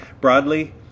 broadly